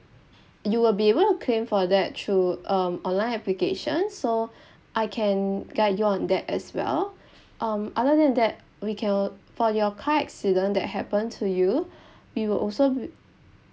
you will be able to claim for that through um online application so I can guide you on that as well um other than that we can al~ for your car accident that happened to you we will also be